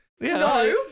No